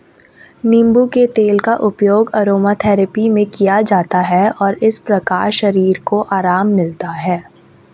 नींबू के तेल का उपयोग अरोमाथेरेपी में किया जाता है और इस प्रकार शरीर को आराम मिलता है